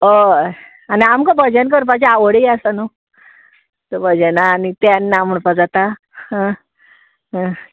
हय आनी आमकां भजन करपाची आवडय आसा न्हू भजनां आनी तें ना म्हणपा जाता आं